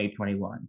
2021